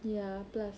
ya plus